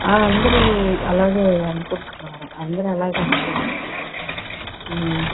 అందరూ అలాగే అనుకుంటున్నారు అందరూ అలాగే అనుకుంటున్నారు